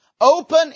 open